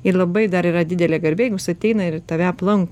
ir labai dar yra didelė garbė jeigu jis ateina ir tave aplanko